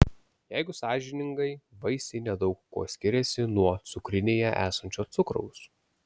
jeigu sąžiningai vaisiai nedaug kuo skiriasi nuo cukrinėje esančio cukraus